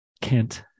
Kent